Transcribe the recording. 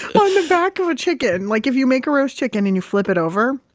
on the back of a chicken, like if you make a roast chicken and you flip it over?